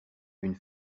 une